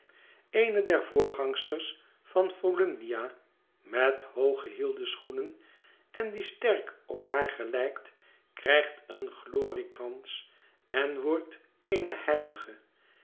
eene der voorgangsters van volumnia met hooggehielde schoenen en die sterk op haar gelijkt krijgt een gloriekrans en wordt eene